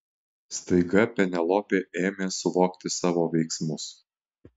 staiga penelopė ėmė suvokti savo veiksmus